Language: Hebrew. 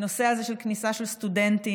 הנושא של כניסה של סטודנטים,